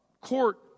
court